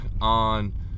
on